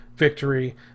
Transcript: victory